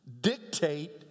dictate